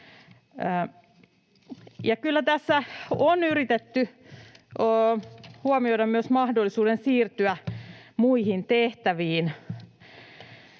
tässä on yritetty huomioida myös mahdollisuudet siirtyä muihin tehtäviin,